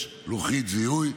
יש לוחית זיהוי.